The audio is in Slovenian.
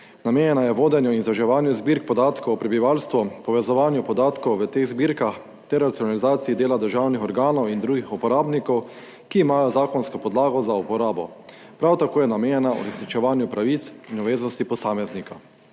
Namenjen je vodenju in združevanju zbirk podatkov o prebivalstvu, povezovanju podatkov v teh zbirkah ter racionalizaciji dela državnih organov in drugih uporabnikov, ki imajo zakonsko podlago za uporabo. Prav tako je namenjen uresničevanju pravic in obveznosti posameznika.